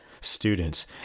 students